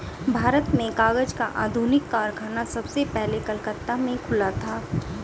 भारत में कागज का आधुनिक कारखाना सबसे पहले कलकत्ता में खुला था